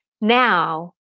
now